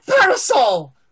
parasol